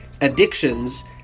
addictions